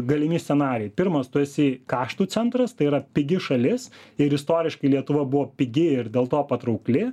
galimi scenarijai pirmas tu esi kaštų centras tai yra pigi šalis ir istoriškai lietuva buvo pigi ir dėl to patraukli